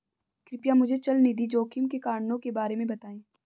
कृपया मुझे चल निधि जोखिम के कारणों के बारे में बताएं